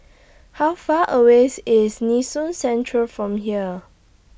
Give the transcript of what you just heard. How Far away IS Nee Soon Central from here